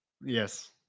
Yes